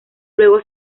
luego